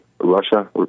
Russia